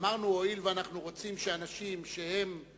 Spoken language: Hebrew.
אמרנו: הואיל ואנחנו רוצים שאנשים שלא